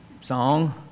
Song